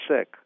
sick